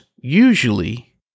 usually